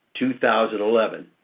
2011